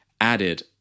added